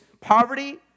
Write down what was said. poverty